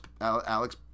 Alex